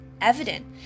evident